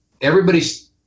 everybody's